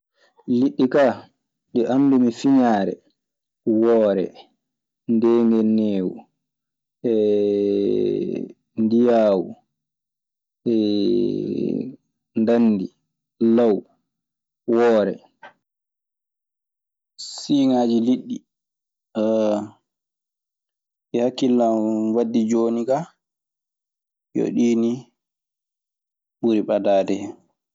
Liɗɗi kaa ɗi anndumi fiñaare, woore, ndeengeneewu, e ndiyaawu, e ndanndi, law, woore. Siiŋaaji liɗɗi ɗi hakkille an waddi jooni kaa, yo ɗii nii ɓuri ɓadaade hen.